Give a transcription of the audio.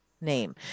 name